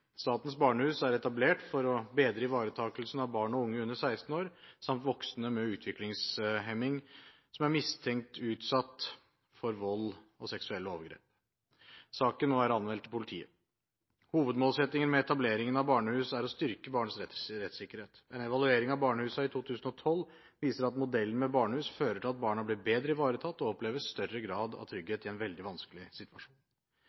Statens barnehus er etablert for å bedre ivaretakelsen av barn og unge under 16 år samt voksne med utviklingshemming som er mistenkt utsatt for vold og seksuelle overgrep. Saken må være anmeldt til politiet. Hovedmålsettingen med etableringen av barnehus er å styrke barnets rettssikkerhet. En evaluering av barnehusene i 2012 viser at modellen med barnehus fører til at barna blir bedre ivaretatt og opplever større grad av trygghet i en veldig vanskelig situasjon.